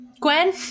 Gwen